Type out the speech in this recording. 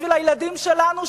בשביל הילדים שלנו,